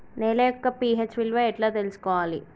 నేల యొక్క పి.హెచ్ విలువ ఎట్లా తెలుసుకోవాలి?